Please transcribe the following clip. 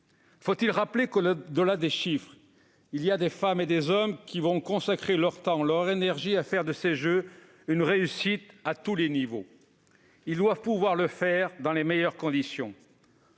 Faut-il rappeler que, au-delà des chiffres, des femmes et des hommes consacreront leur temps et leur énergie à faire de ces Jeux une réussite à tous les niveaux ? Ils doivent pouvoir le faire dans les meilleures conditions.